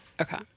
Okay